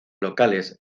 locales